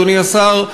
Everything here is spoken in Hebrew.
אדוני השר,